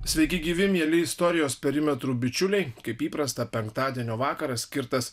sveiki gyvi mieli istorijos perimetrų bičiuliai kaip įprasta penktadienio vakaras skirtas